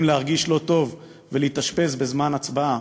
להרגיש לא טוב ולהתאשפז בזמן הצבעה,